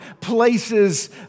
places